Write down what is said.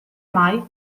mai